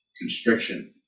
constriction